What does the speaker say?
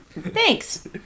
Thanks